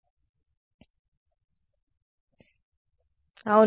కాబట్టి అవును ప్రతిదీ జాగ్రత్తగా చేయాలి